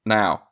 now